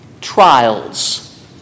Trials